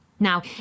Now